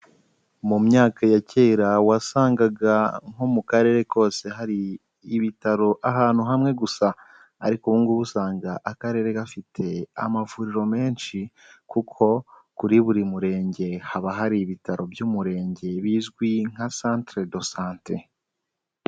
Mu myaka ya kera wasangaga nko mu karere kose hari ibitaro ahantu hamwe gusa. Ariko ubu ngubu usanga akarere gafite amavuriro menshi kuko kuri buri murenge haba hari ibitaro by'umurenge bizwi nka Centre de sante.